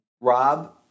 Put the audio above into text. Rob